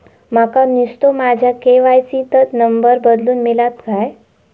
माका नुस्तो माझ्या के.वाय.सी त नंबर बदलून मिलात काय?